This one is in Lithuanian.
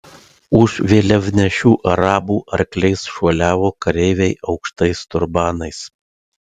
už vėliavnešių arabų arkliais šuoliavo kareiviai aukštais turbanais